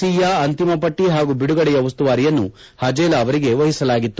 C ಯ ಅಂತಿಮ ಪಟ್ಟಿ ಹಾಗೂ ಬಿಡುಗಡೆಯ ಉಸ್ತುವಾರಿಯನ್ನು ಹಜೇಲಾ ಅವರಿಗೆ ವಹಿಸಲಾಗಿತ್ತು